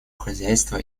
хозяйство